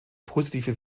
positive